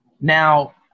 Now